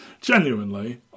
genuinely